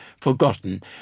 forgotten